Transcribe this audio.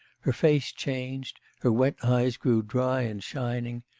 her face changed, her wet eyes grew dry and shining,